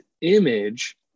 image